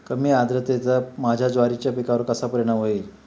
कमी आर्द्रतेचा माझ्या ज्वारी पिकावर कसा परिणाम होईल?